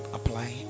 apply